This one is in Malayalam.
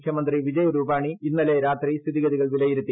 മുഖ്യമന്ത്രി വിജയ് രൂപാണി ഇന്നലെ രാത്രി സ്ഥിതിഗതികൾ വിലയിരുത്തി